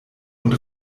und